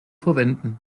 verwenden